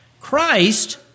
Christ